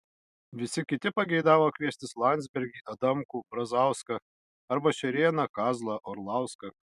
visi kiti pageidavo kviestis landsbergį adamkų brazauską arba šerėną kazlą orlauską